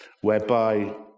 whereby